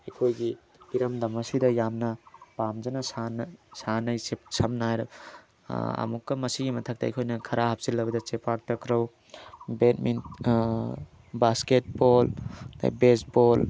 ꯑꯩꯈꯣꯏꯒꯤ ꯏꯔꯝꯗꯝ ꯑꯁꯤꯗ ꯌꯥꯝꯅ ꯄꯥꯝꯖꯅ ꯁꯥꯟꯅꯩ ꯁꯝꯅ ꯍꯥꯏꯔꯒ ꯑꯃꯨꯛꯀ ꯃꯁꯤꯒꯤ ꯃꯊꯛꯇ ꯑꯩꯈꯣꯏꯅ ꯈꯔ ꯍꯥꯞꯆꯤꯜꯂꯕꯗ ꯆꯦꯄꯥꯛ ꯇꯥꯀ꯭ꯔꯧ ꯕꯥꯁꯀꯦꯠꯕꯣꯜ ꯑꯗꯨꯗꯩ ꯕꯦꯁꯕꯣꯜ